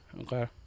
okay